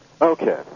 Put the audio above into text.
Okay